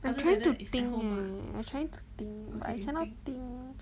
I trying to think eh I trying to think but I cannot think